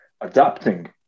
adapting